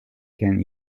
can